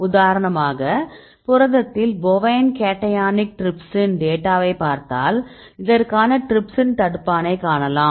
உதாரணமாக புரதத்தில் bovine cationic trypsin டேட்டாவை வைத்தால் இதற்கான டிரிப்சின் தடுப்பானைக் காணலாம்